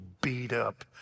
beat-up